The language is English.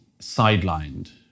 sidelined